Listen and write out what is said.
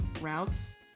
routes